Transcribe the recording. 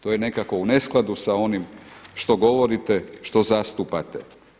To je nekako u neskladu sa onim što govorite, što zastupate.